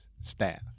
staff